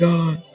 God